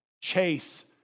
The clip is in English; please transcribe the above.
Chase